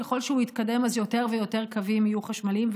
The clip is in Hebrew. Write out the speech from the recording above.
ככל שהוא יתקדם יותר ויותר קווים יהיו חשמליים,